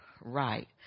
right